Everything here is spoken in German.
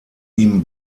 ihm